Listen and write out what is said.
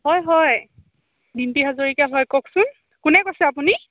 হয় হয় দিম্পী হাজৰিকা হয় কওকচোন কোনে কৈছে আপুনি